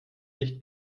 nicht